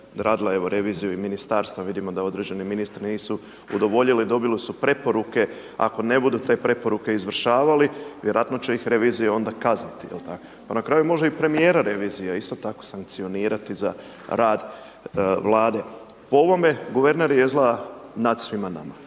radila evo reviziju i ministarstva, vidimo da određeni ministri nisu udovoljili, dobili su preporuke a ako ne budu te preporuke izvršavali vjerojatno će ih revizija onda kazniti, je li tako? Pa na kraju može i premijera revizija isto tako sankcionirati za rad Vlade. Po ovome guverner je izgleda nad svima nama.